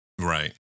Right